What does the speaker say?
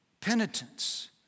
penitence